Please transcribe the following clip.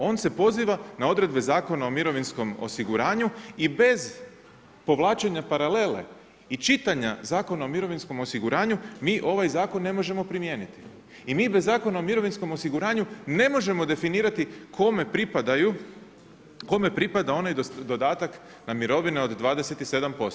On se poziva na odredbe Zakona o mirovinskom osiguranju i bez povlačenja paralele i čitanja Zakona o mirovinskom osiguranju, mi ovaj zakon ne možemo primijeniti i mi bez Zakona o mirovinskom osiguranju ne možemo definirati kome pripada onaj dodatak na mirovine od 27%